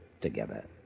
together